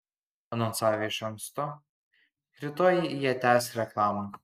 anonsavę iš anksto rytoj jie tęs reklamą